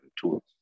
tools